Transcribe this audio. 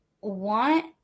want